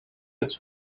its